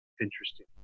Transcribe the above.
interesting